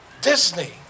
Disney